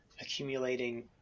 accumulating